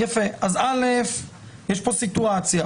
יש פה סיטואציה,